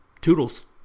Toodles